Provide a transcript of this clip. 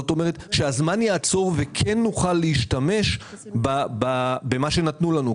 זאת אומרת שהזמן יעצור וכן נוכל להשתמש במה שנתנו לנו.